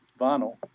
vinyl